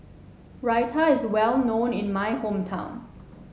Raita is well known in my hometown